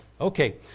okay